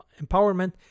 Empowerment